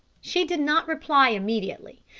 she did not reply immediately.